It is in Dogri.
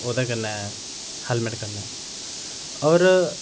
औह्दे कन्नै हैलमेंट कन्नै और